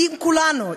כולנו,